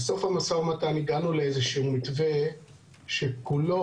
בסוף המשא-ומתן הגענו לאיזשהו מתווה שכולו,